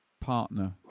partner